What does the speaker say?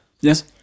Yes